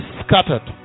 scattered